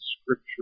scripture